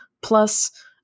plus